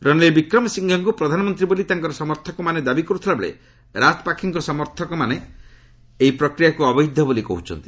ରନୀଲ ବିକ୍ରମସିଫେଙ୍କୁ ପ୍ରଧାନମନ୍ତ୍ରୀ ବୋଲି ତାଙ୍କର ସମର୍ଥକ ମାନେ ଦାବି କରୁଥିବାବେଳେ ରାଜ୍ ପାକ୍ଷେଙ୍କ ସମର୍ଥକ ମାନେ ଏହି ପ୍ରକ୍ରିୟାକୁ ଅବୈଧ ବୋଲି କହୁଛନ୍ତି